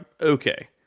okay